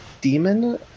demon